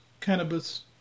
cannabis